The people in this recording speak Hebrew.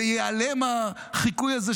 וייעלם החיקוי הזה,